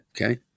Okay